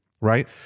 right